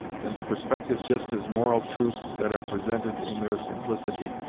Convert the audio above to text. and the perspective just as moral truths that are presented in their simplicity,